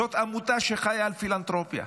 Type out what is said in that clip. זאת עמותה שחיה על פילנתרופיה.